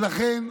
ולכן,